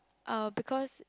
uh because